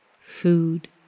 Food